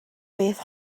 beth